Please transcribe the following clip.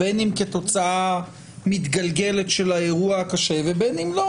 בין אם כתוצאה מתגלגלת של האירוע הקשה ובין אם לא.